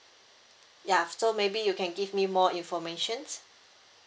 ya so maybe you can give me more informations